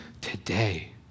today